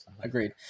Agreed